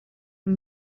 une